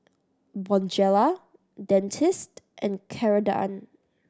Bonjela Dentiste and Ceradan